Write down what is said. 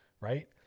right